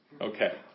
Okay